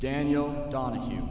daniel donahue